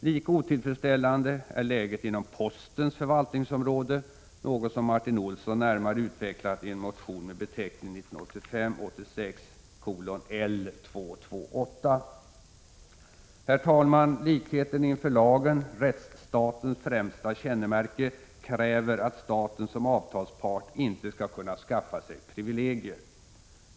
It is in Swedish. Lika otillfredsställande är läget inom postens förvaltningsområde, något som Martin Olsson närmare utvecklat i en motion med beteckningen 1985/86:L228. Herr talman! Likheten inför lagen — rättsstatens främsta kännemärke — kräver att staten såsom avtalspart inte skall kunna skaffa sig privilegier.